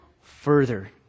further